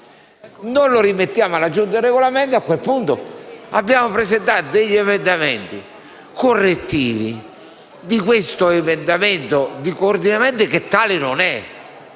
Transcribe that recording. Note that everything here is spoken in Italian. non lo rimettiamo alla Giunta per il Regolamento, a quel punto abbiamo presentato degli emendamenti correttivi di questo emendamento di coordinamento, che tale non è.